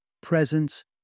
presence